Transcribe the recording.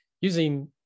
using